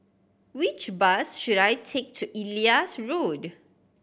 which bus should I take to Elias Road